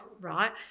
right